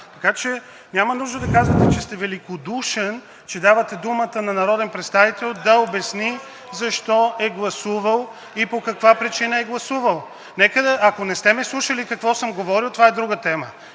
Така че няма нужда да казвате, че сте великодушен, че давате думата на народен представител да обясни защо е гласувал (реплика от ДПС) и по каква причина е гласувал. Ако не сме ме слушали, какво съм говорил това е друга тема.